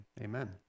amen